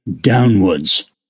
downwards